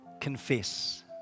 confess